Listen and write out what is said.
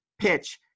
PITCH